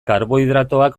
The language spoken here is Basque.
karbohidratoak